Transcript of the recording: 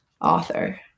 Author